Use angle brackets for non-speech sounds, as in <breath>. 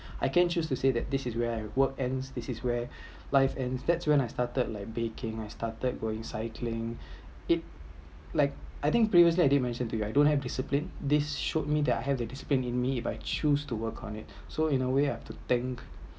<breath> I can choose to say that this is where I work ends this is where <breath> life ends that’s when I started like baking I started going cycling <breath> it like I think previously I did mention to you I don’t have discipline this showed me that I have the discipline in me by choose to work on it <breath> so in the way I have to thank